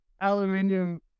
aluminium